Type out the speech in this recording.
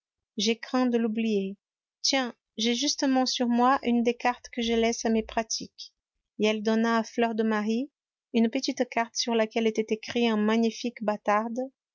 je crains de l'oublier tiens j'ai justement sur moi une des cartes que je laisse à mes pratiques et elle donna à fleur de marie une petite carte sur laquelle était écrit en magnifique bâtarde